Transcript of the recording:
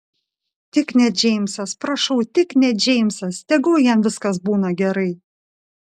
tik ne džeimsas prašau tik ne džeimsas tegul jam viskas būna gerai